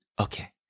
Okay